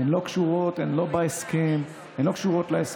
הן לא קשורות, הן לא בהסכם, הן לא קשורות להסכם.